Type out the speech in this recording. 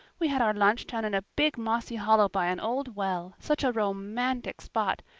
we had our lunch down in a big mossy hollow by an old well such a romantic spot.